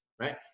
right